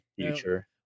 future